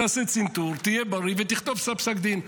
תעשה צנתור, תהיה בריא ותכתוב את פסק הדין.